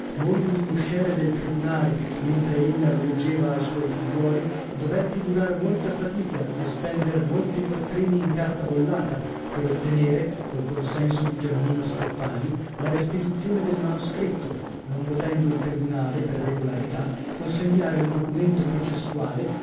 moglie d'un usciere del tribunale mentre ella lo leggeva a suoi figliuoli dovetti durar molta fatica e spender molti quattrini in carta bollata per ottenere col consenso di giannino stoppani la restituzione del manoscritto non potendo il tribunale per regolarità consegnare un documento processuale